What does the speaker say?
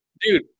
Dude